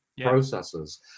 processes